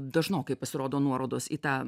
dažnokai pasirodo nuorodos į tą